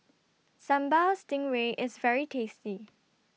Sambal Stingray IS very tasty